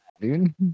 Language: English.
dude